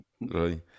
right